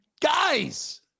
Guys